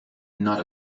not